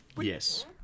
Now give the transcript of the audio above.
Yes